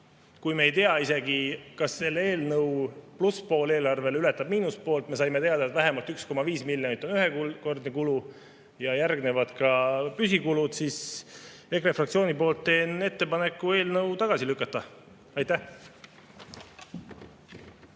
Kui me ei tea isegi, kas selle eelnõu plusspool eelarves ületab miinuspoolt – me saime teada, et vähemalt 1,5 miljonit on ühekordne kulu ja järgnevad ka püsikulud –, siis teen EKRE fraktsiooni nimel ettepaneku eelnõu tagasi lükata. Aitäh!